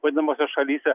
vadinamose šalyse